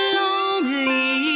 lonely